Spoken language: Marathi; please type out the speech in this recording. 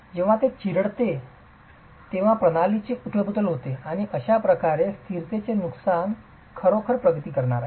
जेव्हा ते चिरडते तेव्हा प्रणालीची उथलपुथल होते आणि अशाप्रकारे स्थिरतेचे नुकसान खरोखरच प्रगती करणार आहे